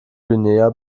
guinea